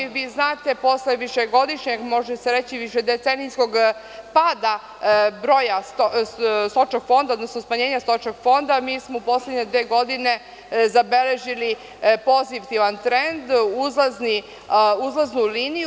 Vi znate, posle višegodišnjeg, može se reći višedecenijskog pada broja stočnog fonda, odnosno smanjenja stočnog fonda, mi smo u poslednje dve godine zabeležili pozitivan trend, uzlaznu liniju.